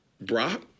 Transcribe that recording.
Brock